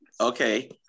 Okay